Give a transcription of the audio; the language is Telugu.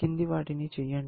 కింది వాటిని చేయండి